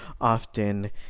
often